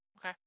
Okay